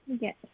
yes